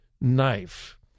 knife